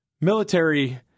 military